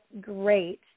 great